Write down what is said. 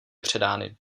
předány